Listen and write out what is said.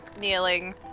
kneeling